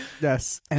yes